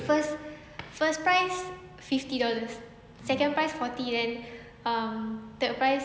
first prize fifty dollars second prize forty then um third prize